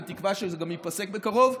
בתקווה שזה גם ייפסק בקרוב,